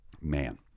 Man